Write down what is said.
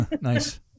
Nice